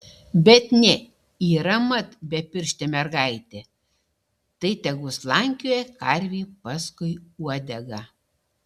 bet ne yra mat bepirštė mergaitė tai tegu slankioja karvei paskui uodegą